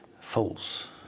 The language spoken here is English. false